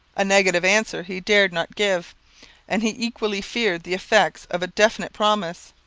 a negative answer he dared not give and he equally feared the effect of a definite promise.